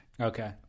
Okay